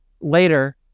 later